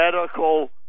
medical